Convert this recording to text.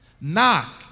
Knock